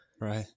Right